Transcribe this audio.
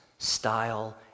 style